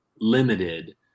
limited